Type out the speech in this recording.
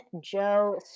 Joe